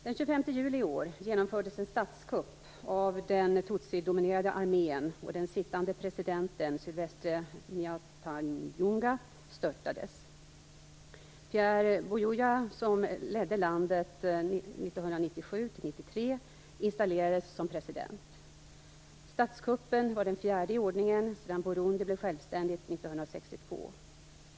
Sylvestre Ntibantunganya, störtades. Pierre Buyoya som ledde landet 1987 till 1993 installerades som president. Statskuppen var den fjärde i ordningen sedan Burundi blev självständigt 1962.